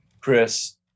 Chris